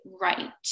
right